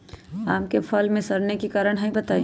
आम क फल म सरने कि कारण हई बताई?